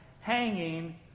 hanging